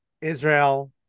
Israel